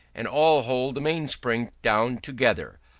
and all hold the mainspring down together,